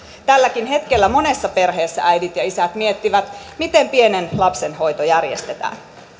tälläkin hetkellä monessa perheessä äidit ja isät miettivät miten pienen lapsen hoito järjestetään